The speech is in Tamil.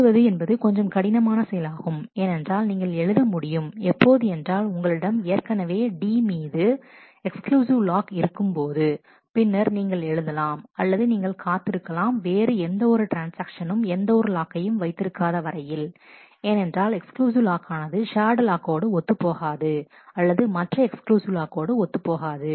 எழுதுவது என்பது கொஞ்சம் கடினமான செயலாகும் ஏனென்றால் நீங்கள் எழுத முடியும் எப்போது என்றால் உங்களிடம் ஏற்கனவே D மீது எக்ஸ்க்ளூசிவ் லாக் இருக்கும் போதுபின்னர் நீங்கள் எழுதலாம் அல்லது நீங்கள் காத்திருக்கலாம் வேறு எந்த ஒரு ட்ரான்ஸ்ஆக்ஷனும் எந்த ஒரு லாக்கையும் வைத்திருக்காத வரையில் ஏனென்றால் எக்ஸ்க்ளூசிவ் லாக் ஆனது ஷேர்டு லாக்கோடு ஒத்துப்போகாது அல்லது மற்ற எக்ஸ்க்ளூசிவ் லாக்கோடு ஒத்துப்போகாது